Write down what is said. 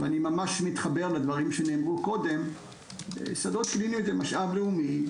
אני מאוד מתחבר לדברים שנאמרו קודם ששדות קליניים זה משאב לאומי,